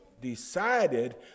decided